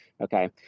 Okay